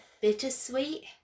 bittersweet